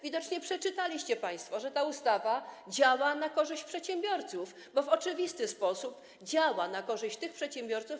Widocznie przeczytaliście państwo, że ta ustawa działa na korzyść przedsiębiorców, bo w oczywisty sposób działa na korzyść tych przedsiębiorców.